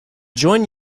join